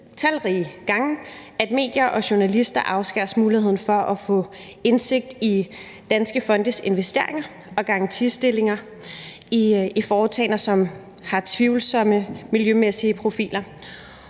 vidne til, at medier og journalister afskæres muligheden for at få indsigt i danske fondes investeringer og garantistillelser i foretagender, som har tvivlsomme miljømæssige profiler,